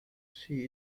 see